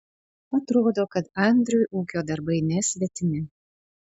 atrodo kad andriui ūkio darbai nesvetimi